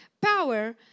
power